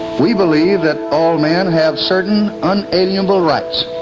we believe that all men have certain unalienable rights,